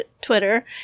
Twitter